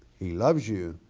he loves you,